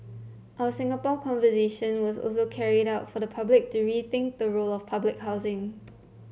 our Singapore Conversation was also carried out for the public to rethink the role of public housing